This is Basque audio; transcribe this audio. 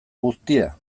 guztia